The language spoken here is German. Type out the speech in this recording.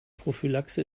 prophylaxe